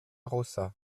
rossa